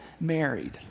married